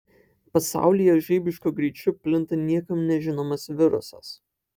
pasaulyje žaibišku greičiu plinta niekam nežinomas virusas